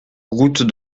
route